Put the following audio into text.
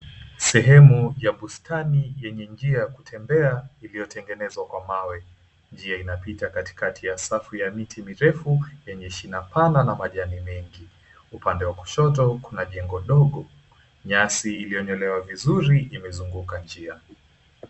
Sehemu ya bustani yenye njia ya kutembea iliyotengenezwa kwa mawe. Njia inapita katikati ya safu ya miti mirefu yenye shina pana na majani mengi. Upande wa kushoto kuna jengo dogo, nyasi iliyonyolewa vizuri imezunguka njia.